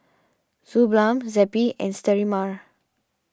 Suu Balm Zappy and Sterimar